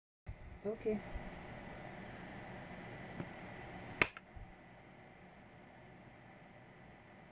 okay